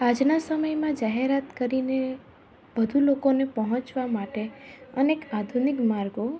આજના સમયમાં જાહેરાત કરીને વધુ લોકોને પહોંચવા માટે અનેક આધુનિક માર્ગો